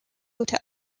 hotel